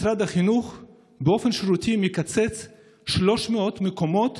משרד החינוך באופן שרירותי מקצץ 300 מקומות